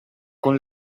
con